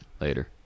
Later